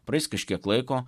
praeis kažkiek laiko